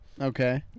Okay